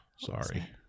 Sorry